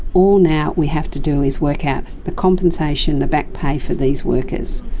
all now we have to do is work out the compensation, the back-pay for these workers.